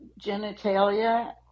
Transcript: genitalia